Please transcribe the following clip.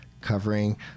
covering